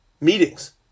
meetings